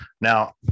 Now